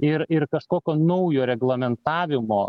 ir ir kažkokio naujo reglamentavimo